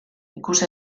ikus